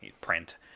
print